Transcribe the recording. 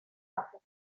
bajo